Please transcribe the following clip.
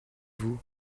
vous